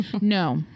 No